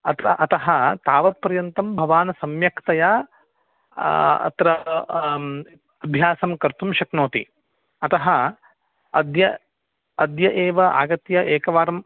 अत्र अतः तावप्तर्यन्तं भवान् सम्यक्तया अत्र अभ्यासं कर्तुं शक्नोति अतः अद्य अद्य एव आगत्य एकवारं